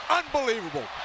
unbelievable